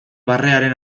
barrearen